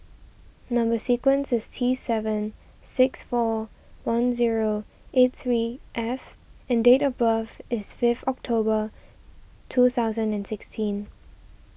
Number Sequence is T seven six four one zero eight three F and date of birth is fifth October two thousand and sixteen